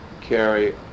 carry